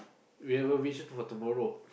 we have a vision for tomorrow